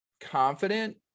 confident